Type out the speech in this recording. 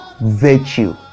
virtue